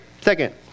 second